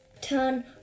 turn